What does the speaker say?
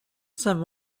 some